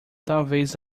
talvez